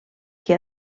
qui